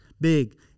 Big